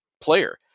player